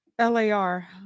LAR